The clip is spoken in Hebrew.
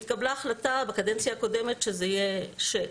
התקבלה החלטה בקדנציה הקודמת שהתפקידים